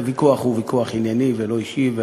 והוויכוח הוא ויכוח ענייני ולא אישי,